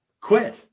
Quit